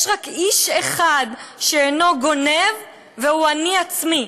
רק איש אחד שאינו גונב והוא אני עצמי,